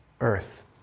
earth